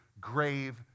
grave